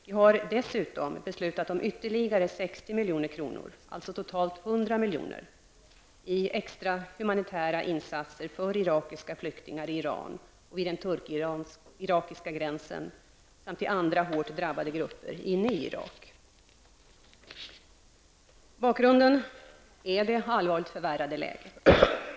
Vi har dessutom beslutat om ytterligare 60 milj.kr., alltså totalt 100 milj.kr. i extra humanitära insatser för irakiska flyktingar i Iran och vid den turk-irakiska gränsen samt till andra hårt drabbade grupper inne i Irak. Bakgrunden är det allvarligt förvärrade läget.